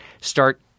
start